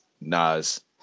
Nas